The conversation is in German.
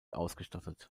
ausgestattet